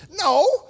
No